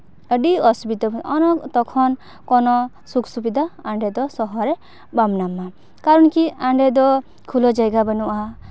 ᱟᱹᱰᱤ ᱚᱥᱩᱵᱤᱫᱷᱟ ᱛᱚᱠᱷᱚᱱ ᱠᱳᱱᱳ ᱥᱩᱠᱷ ᱥᱩᱵᱤᱫᱷᱟ ᱚᱸᱰᱮ ᱫᱚ ᱥᱚᱦᱚᱨᱮ ᱵᱟᱢ ᱧᱟᱢᱟ ᱠᱟᱨᱚᱱ ᱠᱤ ᱚᱸᱰᱮ ᱫᱚ ᱠᱷᱩᱞᱟᱹ ᱡᱟᱭᱜᱟ ᱵᱟᱹᱱᱩᱜᱼᱟ